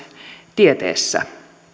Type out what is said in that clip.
tieteessä